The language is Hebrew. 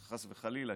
חס וחלילה,